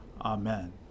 Amen